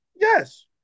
Yes